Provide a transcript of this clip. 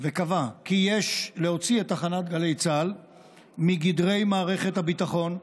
וקבע כי יש להוציא את תחנת גלי צה"ל מגדרי מערכת הביטחון,